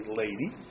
lady